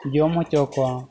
ᱡᱚᱢ ᱦᱚᱪᱚ ᱠᱚᱣᱟ